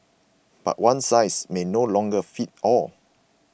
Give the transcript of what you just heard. but one size may no longer fit all